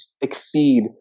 exceed